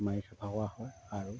মাৰি চাফা হয় আৰু